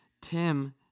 Tim